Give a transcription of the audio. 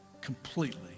completely